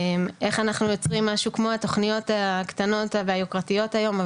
איך אנחנו יוצרים משהו כמו התכניות הקטנות והיוקרתיות היום,